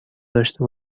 داشته